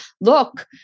look